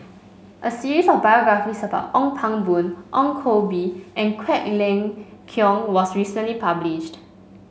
a series of biographies about Ong Pang Boon Ong Koh Bee and Quek Ling Kiong was recently published